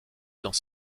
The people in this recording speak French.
dans